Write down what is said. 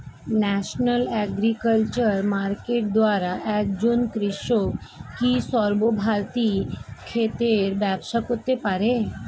National agriculture market দ্বারা একজন কৃষক কি সর্বভারতীয় ক্ষেত্রে ব্যবসা করতে পারে?